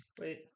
Wait